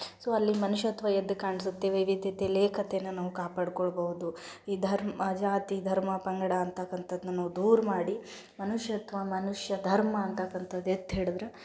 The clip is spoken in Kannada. ಸೊ ಅಲ್ಲಿ ಮನುಷ್ಯತ್ವ ಎದ್ದು ಕಾಣಿಸುತ್ತೆ ವಿವಿಧ್ಯತೆಯಲ್ಲಿ ಏಕತೆನ ನಾವು ಕಾಪಾಡಿಕೊಳ್ಬೌದು ಈ ಧರ್ಮ ಜಾತಿ ಧರ್ಮ ಪಂಗಡ ಅಂತಕ್ಕಂಥದ್ದನ್ನ ನಾವು ದೂರ ಮಾಡಿ ಮನುಷ್ಯತ್ವ ಮನುಷ್ಯ ಧರ್ಮ ಅಂತಕ್ಕಂಥದ್ದು ಎತ್ತಿ ಹಿಡ್ದ್ರೆ